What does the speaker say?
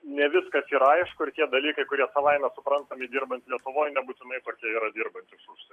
ne viskas yra aišku ir tie dalykai kurie savaime suprantami dirbant lietuvoje nebūtinai tokie yra dirbant iš užsienio